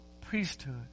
priesthood